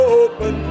open